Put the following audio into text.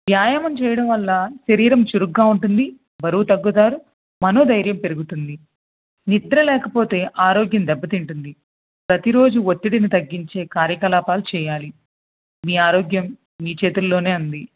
వ్యాయామం చెయ్యడం వల్ల శరీరం చురుగ్గా ఉంటుంది బరువు తగ్గుతారు మనోధైర్యం పెరుగుతుంది నిద్ర లేకపోతే ఆరోగ్యం దెబ్బ తింటుంది ప్రతిరోజు ఒత్తిడిని తగ్గించే కార్యకలాపాలు చెయ్యాలి మీ ఆరోగ్యం మీ చేతుల్లోనే ఉంది